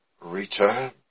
return